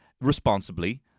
responsibly